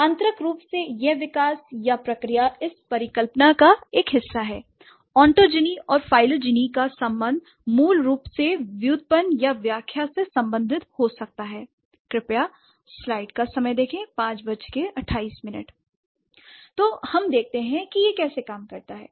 आन्तरक रूप से यह विकास या प्रक्रिया इस परिकल्पना का एक हिस्सा है l ऑटो जिनी और फाइलों जिनी का संबंध मूल रूप से व्युत्पन्न या व्याख्या से संबंधित हो सकता है l तो हम देखते हैं कि यह कैसे काम करता है